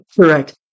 correct